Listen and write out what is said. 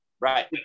right